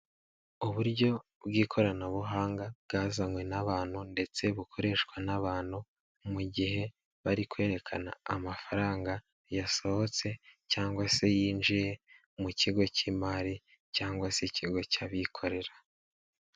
Uburyo bw'ikoranabuhanga bwazanywe n'abantu ndetse bukoreshwa n'abantu mu gihe bari kwerekana amafaranga yasohotse cyangwa se yinjiye mu kigo cy'imari cyangwa se ikigo cy'abikorera.